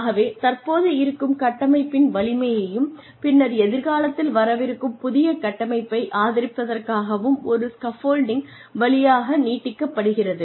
ஆகவே தற்போது இருக்கும் கட்டமைப்பின் வலிமையும் பின்னர் எதிர்காலத்தில் வரவிருக்கும் புதிய கட்டமைப்பை ஆதரிப்பதற்காகவும் ஒரு ஸ்காஃப்ஃபோல்டிங் வழியாக நீட்டிக்கப்படுகிறது